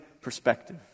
perspective